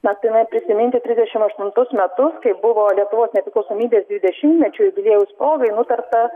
mes turime prisiminti trisdešim aštuntus metus kai buvo lietuvos nepriklausomybės dvidešimtmečiui jubiliejaus progai nutarta